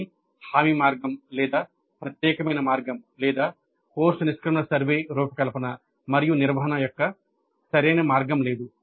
కానీ హామీ మార్గం లేదా ప్రత్యేకమైన మార్గం లేదా కోర్సు నిష్క్రమణ సర్వే రూపకల్పన మరియు నిర్వహణ యొక్క సరైన మార్గం లేదు